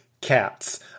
Cats